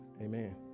Amen